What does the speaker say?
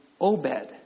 Obed